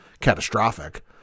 catastrophic